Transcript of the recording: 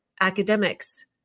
academics